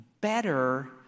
better